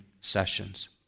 sessions